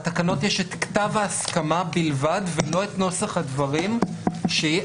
בתקנות יש את כתב ההסכמה בלבד ולא את נוסח הדברים שהפקיד